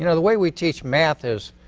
you know the way we teach math is